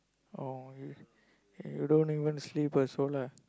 oh you don't even sleep also lah